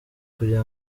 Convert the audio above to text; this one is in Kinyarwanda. kugira